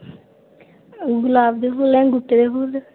गुलाब दे फुल्ल हैन गुट्टे दे फुल्ल